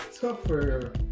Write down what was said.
tougher